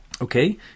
Okay